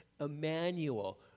Emmanuel